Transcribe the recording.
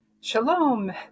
Shalom